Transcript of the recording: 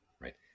right